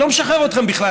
אני לא משחרר אתכם בכלל,